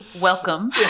Welcome